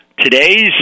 today's